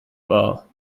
wahr